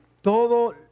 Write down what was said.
Todo